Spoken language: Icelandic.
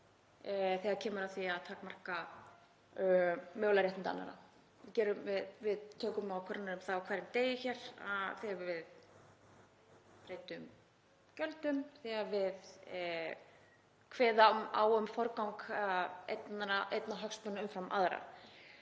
þegar kemur að því að takmarka mögulega réttindi annarra. Við tökum ákvarðanir um það á hverjum degi hér; þegar við breytum gjöldum, þegar við kveðum á um forgang einna hagsmuna umfram aðra.